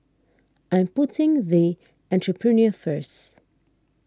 I'm putting the Entrepreneur First